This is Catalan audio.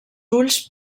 ulls